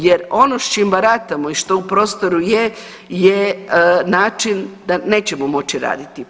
Jer ono s čim baratamo i što u prostoru je je način da nećemo moći raditi.